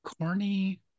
Corny